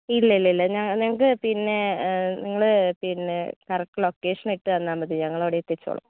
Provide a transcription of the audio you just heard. ഇല്ലല്ലാ ഇല്ല നിങ്ങൾക്ക് പിന്നെ നിങ്ങൾ പിന്നെ കറക്റ്റ് ലൊക്കേഷൻ ഇട്ടുതന്നാൽ മതി ഞങ്ങളവിടെ എത്തിച്ചോളും